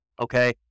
Okay